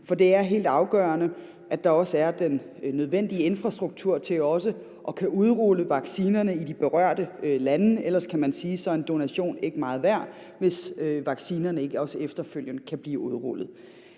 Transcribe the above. for det er helt afgørende, at der er den nødvendige infrastruktur til også at kunne udrulle vaccinerne i de berørte lande, for ellers, kan man sige, er en donation ikke meget værd, hvis altså vaccinerne ikke også efterfølgende kan blive udrullet.